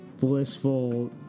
blissful